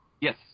yes